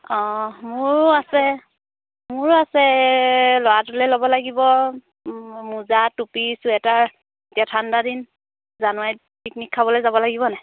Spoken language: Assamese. অঁ মোৰো আছে মোৰো আছে ল'ৰাটোলৈ ল'ব লাগিব মোজা টুপি চুৱেটাৰ এতিয়া ঠাণ্ডা দিন জানুৱাৰী পিকনিক খাবলৈ যাব লাগিব নাই